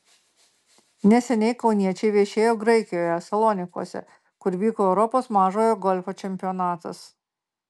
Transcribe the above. neseniai kauniečiai viešėjo graikijoje salonikuose kur vyko europos mažojo golfo čempionatas